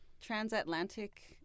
transatlantic